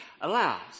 allows